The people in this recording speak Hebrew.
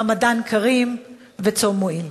רמדאן כרים וצום מועיל.